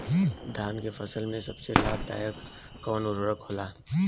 धान के फसल में सबसे लाभ दायक कवन उर्वरक होला?